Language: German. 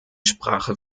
sprache